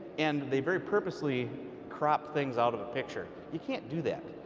and they very purposefully crop things out of the picture. you can't do that.